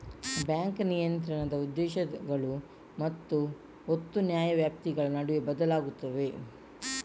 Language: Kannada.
ಬ್ಯಾಂಕ್ ನಿಯಂತ್ರಣದ ಉದ್ದೇಶಗಳು ಮತ್ತು ಒತ್ತು ನ್ಯಾಯವ್ಯಾಪ್ತಿಗಳ ನಡುವೆ ಬದಲಾಗುತ್ತವೆ